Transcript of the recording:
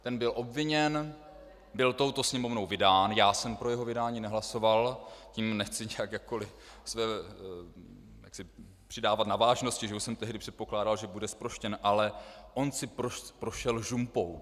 Ten byl obviněn, byl touto Sněmovnou vydán, já jsem pro jeho vydání nehlasoval tím nechci jakkoli přidávat na vážnosti, že už jsem tehdy předpokládal, že bude zproštěn, ale on si prošel žumpou.